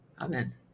Amen